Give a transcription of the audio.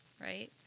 right